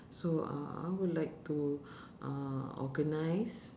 so uh I would like to uh organise